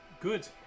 good